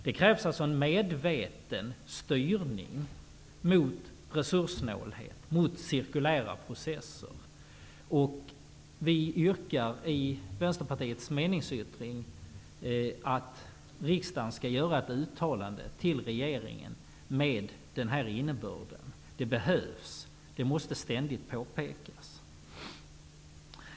Det krävs en medveten styrning mot resurssnålhet och cirkulära processer. Vi yrkar i Vänsterpartiets meningsyttring att riksdagen skall göra ett uttalande till regeringen med denna innebörd. Det behövs, och det måste ständigt påpekas.